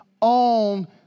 on